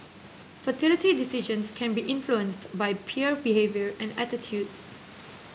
fertility decisions can be influenced by peer behaviour and attitudes